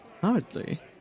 Hardly